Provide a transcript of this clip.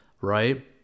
right